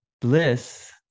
bliss